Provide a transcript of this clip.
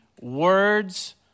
words